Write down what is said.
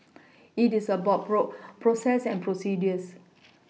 it is about bro process and procedures